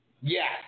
yes